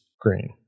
green